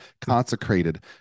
Consecrated